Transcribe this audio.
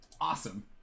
Awesome